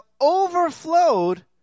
overflowed